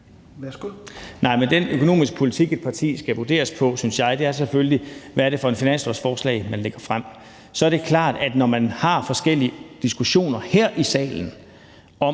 Den økonomiske politik, et parti skal vurderes på, synes jeg, er selvfølgelig, hvad det er for et finanslovsforslag, man lægger frem. Så er det klart, at når man har forskellige diskussioner her i salen om,